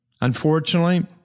Unfortunately